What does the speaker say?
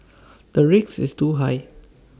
the risk is too high